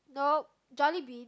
nope jollibean